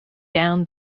down